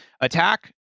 Attack